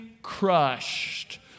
crushed